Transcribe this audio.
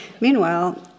Meanwhile